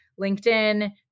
LinkedIn